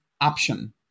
option